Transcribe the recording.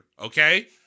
okay